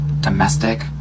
domestic